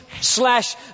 slash